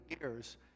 years